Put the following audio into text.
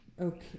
Okay